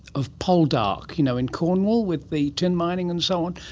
of poldark, you know, in cornwall with the tin mining and so on,